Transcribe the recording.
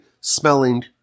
smelling